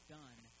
done